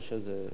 כן.